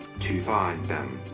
to find them,